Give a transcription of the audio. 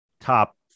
top